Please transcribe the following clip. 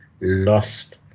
lost